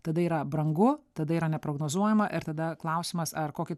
tada yra brangu tada yra neprognozuojama ir tada klausimas ar kokį